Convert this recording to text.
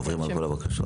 ועוברים על כל הבקשות.